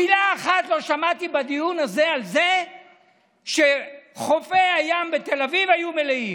מילה אחת לא שמעתי בדיון הזה על זה שחופי הים בתל אביב היו מלאים,